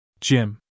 Jim